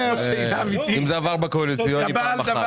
אם זה עבר בקואליציה --- חבר'ה,